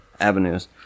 avenues